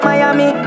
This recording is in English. Miami